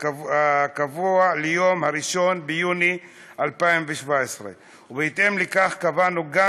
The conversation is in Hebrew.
הקבוע ליום 1 ביוני 2017. בהתאם לכך קבענו גם